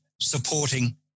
supporting